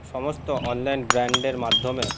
সমস্ত অনলাইন ব্র্যান্ডের মাধ্যমে